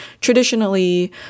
traditionally